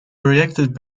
reacted